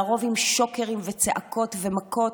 לרוב עם שוקרים וצעקות ומכות.